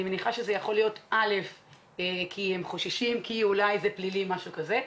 אני מניחה שזה יכול להיות או מפני שהם חוששים כי זה פלילי או משהו כזה,